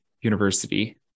university